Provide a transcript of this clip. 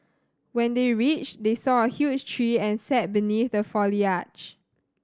when they reached they saw a huge tree and sat beneath the foliage